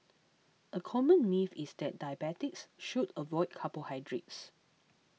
a common myth is that diabetics should avoid carbohydrates